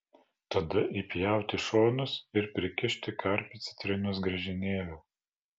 tada įpjauti šonus ir prikišti karpį citrinos griežinėlių